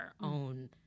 own